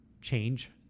change